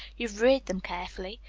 you've reared them carefully.